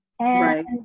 Right